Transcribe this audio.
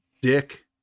Dick